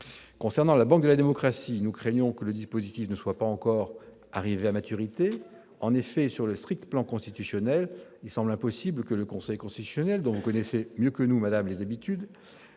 Concernant la banque de la démocratie, nous craignons que le dispositif ne soit pas encore arrivé à maturité. En effet, sur le strict plan constitutionnel, il semble impossible que le Conseil constitutionnel, dont vous connaissez les habitudes mieux que nous, madame la garde des